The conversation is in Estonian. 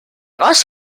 kas